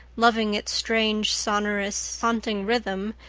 loving its strange, sonorous, haunting rhythm,